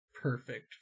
perfect